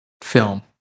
film